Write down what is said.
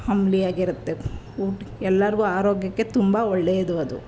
ಅಂಬಲಿಯಾಗಿರುತ್ತೆ ಊಟ ಎಲ್ಲರ್ಗೂ ಆರೋಗ್ಯಕ್ಕೆ ತುಂಬ ಒಳ್ಳೆಯದು ಅದು